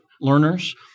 learners